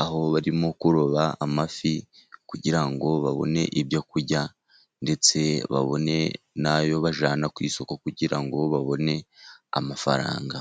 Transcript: aho barimo kuroba amafi kugira ngo babone ibyo kurya, ndetse babone nayo bajyana ku isoko ,kugira ngo babone amafaranga.